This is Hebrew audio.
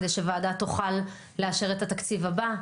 כדי שוועדה תוכל לאשר את התקציב הבא.